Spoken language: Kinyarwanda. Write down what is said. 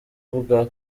bwa